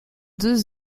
deux